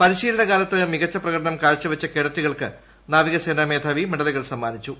പരിശീലന കാലത്ത് മികച്ച പ്രകടനം കാഴ്ച വെച്ച കേഡറ്റുകൾക്ക് നാവിക സേനാ മേധാവി മെഡലുകൾ സമ്മാനിച്ചു